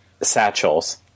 satchels